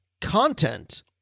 content